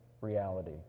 reality